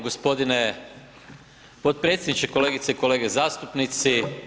Gospodine potpredsjedniče, kolegice i kolege zastupnici.